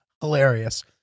hilarious